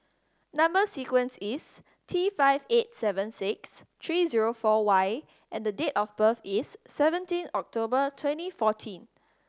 number sequence is T five eight seven six three zero four Y and date of birth is seventeen October twenty fourteen